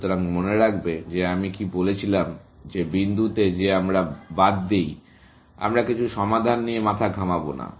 সুতরাং মনে রাখবে যে আমি কি বলেছিলাম যে বিন্দুতে যা আমরা বাদ দেই আমরা কিছু সমাধান নিয়ে মাথা ঘামাব না